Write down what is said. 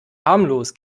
harmlos